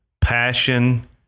passion